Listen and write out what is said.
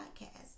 podcast